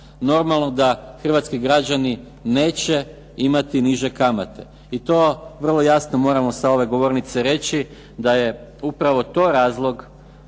da hrvatski građani neće imati niže kamate. I to vrlo jasno moramo sa ove govornice reći da je upravo to razlog,